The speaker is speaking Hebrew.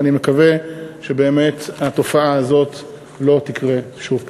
ואני מקווה שבאמת התופעה הזאת לא תקרה שוב.